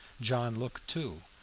john looked too,